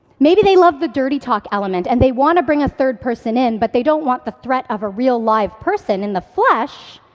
maybe they love the dirty talk element and they want to bring a third person in, but they don't want the threat of a real live person in the flesh.